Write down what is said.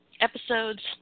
episodes